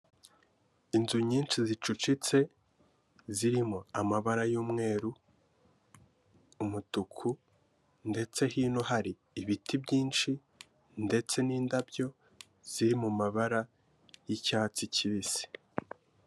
Inzu nyinshi zicucitse zirimo amabara y'umweru, umutuku ndetse hino hari ibiti byinshi ndetse n'indabyo ziri mu mabara y'icyatsi kibisi.